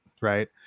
right